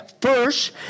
first